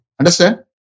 Understand